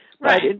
Right